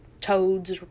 toads